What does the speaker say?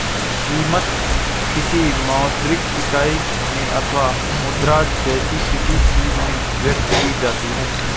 कीमत, किसी मौद्रिक इकाई में अथवा मुद्रा जैसी किसी चीज में व्यक्त की जाती है